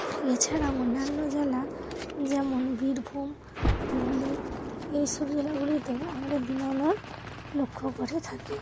এছাড়া অন্যান্য জেলা যেমন বীরভূম হুগলি এইসব জেলাগুলিতেও আমরা বিনোদন লক্ষ্য করে থাকি